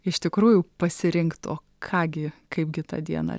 iš tikrųjų pasirinkt o ką gi kaipgi tą dieną